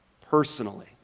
personally